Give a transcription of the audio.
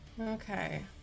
Okay